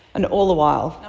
and all the while,